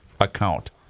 account